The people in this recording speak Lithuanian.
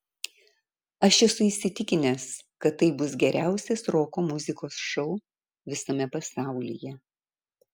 aš esu įsitikinęs kad tai bus geriausias roko muzikos šou visame pasaulyje